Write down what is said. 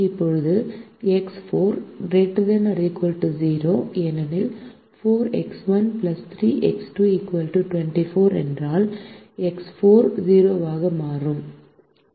இப்போது X4 ≥ 0 ஏனெனில் 4X1 3X2 24 என்றால் X4 0 ஆக மாறும்